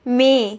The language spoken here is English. may